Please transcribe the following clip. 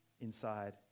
inside